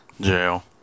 Jail